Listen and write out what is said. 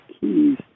keys